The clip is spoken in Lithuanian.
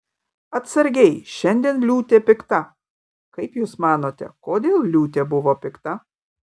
atsargiai šiandien liūtė pikta kaip jūs manote kodėl liūtė buvo pikta